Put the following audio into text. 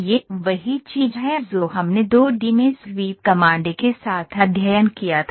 यह वही चीज है जो हमने 2 डी में स्वीप कमांड के साथ अध्ययन किया था